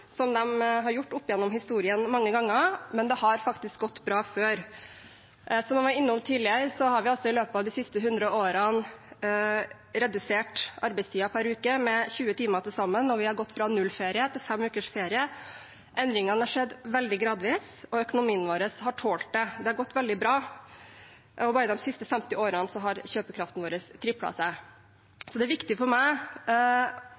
som de har gjort opp gjennom historien mange ganger, men det har faktisk gått bra før. Som jeg var innom tidligere, har vi altså i løpet av de siste hundre årene redusert arbeidstiden per uke med 20 timer til sammen, og vi har gått fra null ferie til fem ukers ferie. Endringene har skjedd veldig gradvis, og økonomien vår har tålt det. Det har gått veldig bra. Bare de siste femti årene har kjøpekraften vår triplet seg.